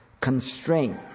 constraint